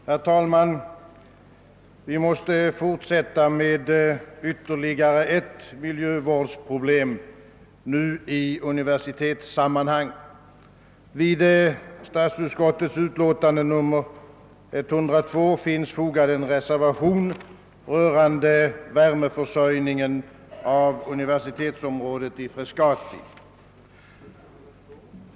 Herr talman! Vi måste fortsätta med ytterligare ett miljövårdsproblem, denna gång i universitetssammanhang. Vid statsutskottets utlåtande nr 102 är fogad en reservation rörande värmeförsörjningen av universitetsområdet i Frescati.